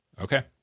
Okay